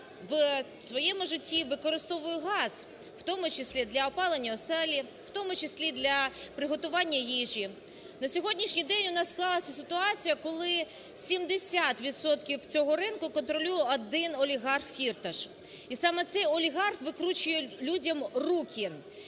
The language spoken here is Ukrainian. у своєму житті використовує газ, в тому числі для опалення оселені, в тому числі для приготування їжі. На сьогоднішній день у нас склалася ситуація, коли 70 відсотків цього ринку контролює один олігарх Фірташ. І саме цей олігарх викручує людям руки,